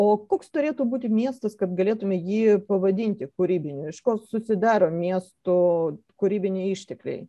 o koks turėtų būti miestas kad galėtumėm jį pavadinti kūrybiniu iš ko susidaro miesto kūrybiniai ištekliai